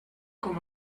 com